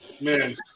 man